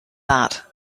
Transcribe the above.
that